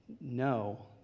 no